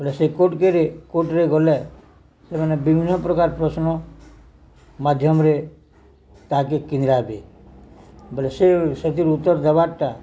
ବଲେ ସେ କୋର୍ଟକ୍ରେ କୋର୍ଟରେ ଗଲେ ସେମାନେ ବିଭିନ୍ନ ପ୍ରକାର ପ୍ରଶ୍ନ ମାଧ୍ୟମରେ ତାହାକେ କିନ୍ଦିରା ହେବେ ବୋଲେ ସେ ସେଥିରୁ ଉତ୍ତର ଦେବାର୍ଟା